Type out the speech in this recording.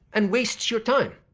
and wastes your time.